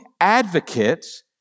advocates